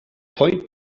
point